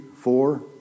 four